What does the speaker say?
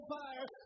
fire